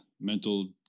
mental